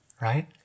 right